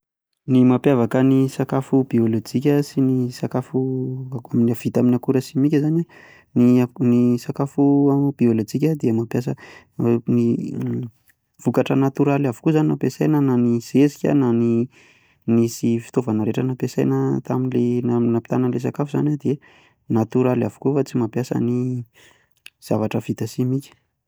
Ny mampiavaka ny sakafo biolojika sy ny sakafo ako- vita amin'ny akora simika izany an, ny, ny sakafo biolojika dia mampiasa m- vokatra natoraly avokoa izany no ampiasasina, na ny zezika na ny na izay fitaovana rehetra nampiasaina tamin'ilay namitana izay sakafo izany an dia natoraly avokoa fa tsy mampiasa zavatra vita simika.